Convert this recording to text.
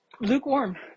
lukewarm